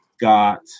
got